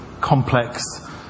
complex